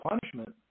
punishment